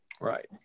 Right